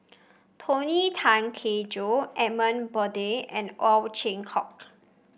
Tony Tan Keng Joo Edmund Blundell and Ow Chin Hock